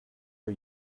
are